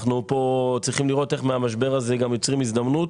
אנחנו פה צריכים לראות איך מהמשבר הזה גם יוצרים הזדמנות